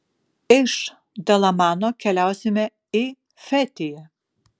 iš dalamano keliausime į fetiją